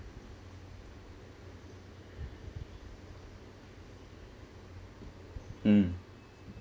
mm